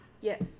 Yes